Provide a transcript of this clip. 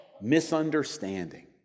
misunderstanding